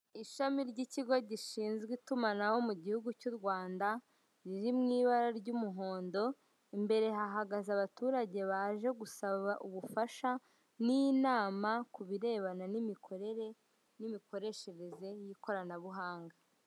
Ishami ry'ikigo gishinzwe itumanaho mu gihugu Rwanda riri mu ibara ry'umuhondo imbere hahagaze abaturage baje gusaba ubufasha n'inama kubirebana n'imikorere n'imikoreshereze y'ikoranabuhanga.